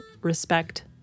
respect